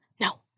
No